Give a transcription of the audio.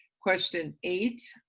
question eight,